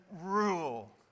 rule